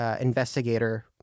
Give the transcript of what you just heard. investigator